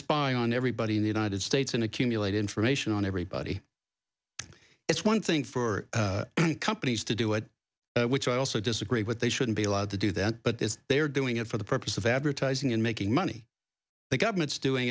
spying on everybody in the united states and accumulate information on everybody it's one thing for companies to do it which i also disagree with they shouldn't be allowed to do that but they are doing it for the purpose of advertising and making money the government's doing